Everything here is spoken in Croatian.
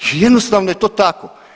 Jednostavno je to tako.